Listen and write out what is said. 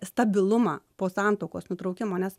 stabilumą po santuokos nutraukimo nes